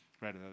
right